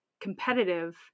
competitive